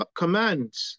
commands